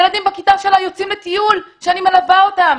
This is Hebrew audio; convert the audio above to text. ילדים בכיתה שלה יוצאים לטיול שאני מלווה אותם,